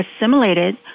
assimilated